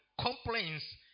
complaints